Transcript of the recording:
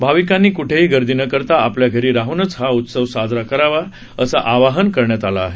भाविकांनी क्ठेही गर्दी न करता आपल्या घरी राह्नच हा उत्सव साजरा करावा असं आवाहन करण्यात आलं आहे